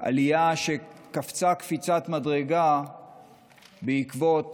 עלייה שקפצה קפיצת מדרגה בעקבות